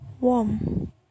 warm